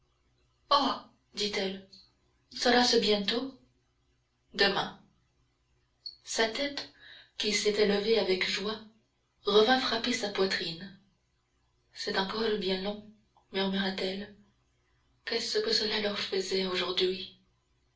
oh dit-elle sera-ce bientôt demain sa tête qui s'était levée avec joie revint frapper sa poitrine c'est encore bien long murmura-t-elle qu'est-ce que cela leur faisait aujourd'hui